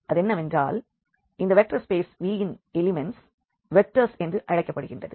அதென்னவென்றால் இந்த vector space V இன் elements vectors என்று அழைக்கப்படுகின்றது